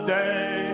day